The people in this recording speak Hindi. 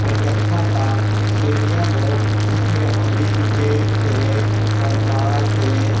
एक अच्छा सा इस्टेडियम हो जिसमें हम भी किर्केट खेलें बॉलीबाल खेलें